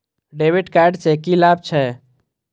डेविट कार्ड से की लाभ छै?